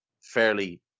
fairly